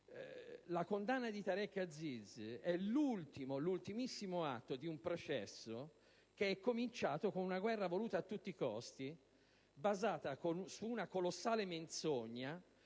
La condanna di Tareq Aziz è l'ultimo, l'ultimissimo atto di un processo che è cominciato con una guerra voluta a tutti i costi, basata su una colossale menzogna,